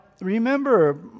remember